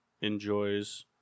enjoys